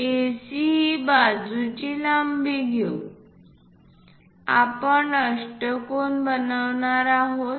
AC ही बाजूची लांबी घेऊन आपण अष्टकोन बनवणार आहोत